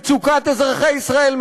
מצוקת אזרחי ישראל,